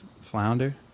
flounder